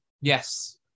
yes